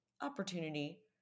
opportunity